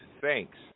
thanks